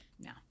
no